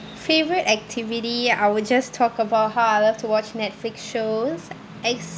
favourite activity I would just talk about how I love to watch netflix shows